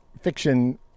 fiction